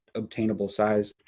obtainable size.